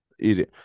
Easy